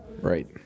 Right